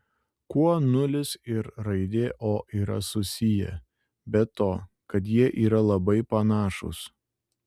kuo nulis ir raidė o yra susiję be to kad jie yra labai panašūs